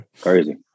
Crazy